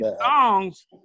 songs